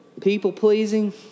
people-pleasing